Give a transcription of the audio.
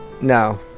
No